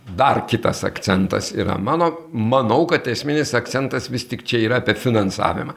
dar kitas akcentas yra mano manau kad esminis akcentas vis tik čia yra apie finansavimą